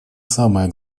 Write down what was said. самое